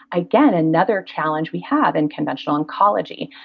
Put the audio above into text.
again, another challenge we have in conventional oncology.